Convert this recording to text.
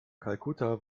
kalkutta